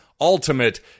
ultimate